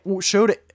showed